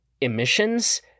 emissions